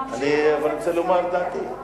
אני רוצה לומר את דעתי,